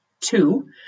Two